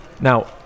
Now